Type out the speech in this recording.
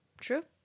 true